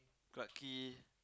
Clarke Quay